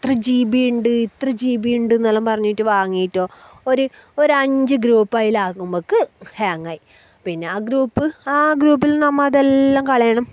എത്ര GB ഉണ്ട് ഇത്ര ജി ബി ഉണ്ടെന്നെല്ലാം പറഞ്ഞിട്ട് വാങ്ങിയിട്ടോ ഒരു ഒരഞ്ച് ഗ്രൂപ്പ് അതിൽ ആകുമ്പോഴേക്ക് ഹാങ്ങ് ആയി പിന്നെ ആ ഗ്രൂപ്പ് ആ ഗ്രൂപ്പിൽ നിന്ന് നമ്മൾ അതെല്ലാം കളയണം